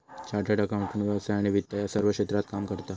chartered accountant व्यवसाय आणि वित्त या सर्व क्षेत्रात काम करता